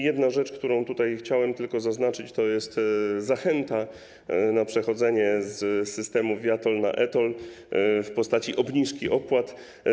Jedna rzecz, którą chciałem tylko zaznaczyć, to jest zachęta do przechodzenia z systemu viaTOLL na e-TOLL - w postaci obniżki opłat.